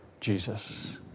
Jesus